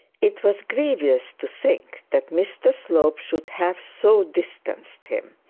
it was grievous to think that mr slope should have so distanced him.